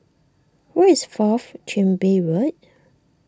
where is Fourth Chin Bee Road